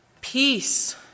peace